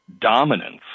dominance